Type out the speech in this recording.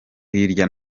hirya